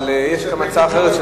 אבל יש גם הצעה אחרת,